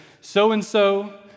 so-and-so